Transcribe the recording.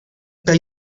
kaj